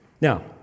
Now